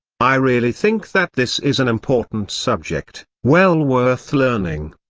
i really think that this is an important subject, well worth learning,